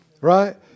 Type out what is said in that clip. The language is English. Right